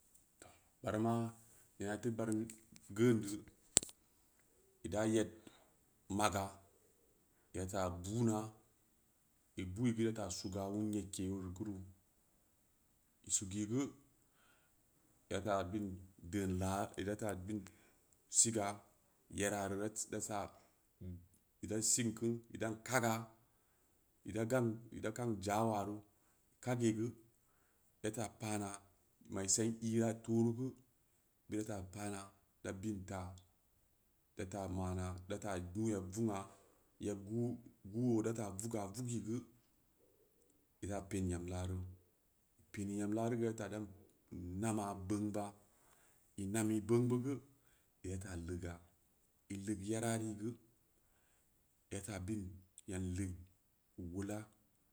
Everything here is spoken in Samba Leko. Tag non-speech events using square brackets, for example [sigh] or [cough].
Barama ina teu baram geundu ida yed maga idata buuna ibuu'i geu ida ta suga wun yed ke ori geuru i sufeli geu idata bei dein laa-ida ta bein siga yera reu [hesitation] data ida sing keu idan kaga-ida gang kang jawaru kagii geu da ta pana mai sen ira foreu geu ida ta pana ida binta data mana data gu yeb bugn'a yeb gu-gu o da ta vuga vugi gei ida pen yam laaru ipeni yam laaru geu ida ta nama bongba i nami'i bong beu geu ida ta leega i leega verari'i geu ida ta biin yan leeg keu wola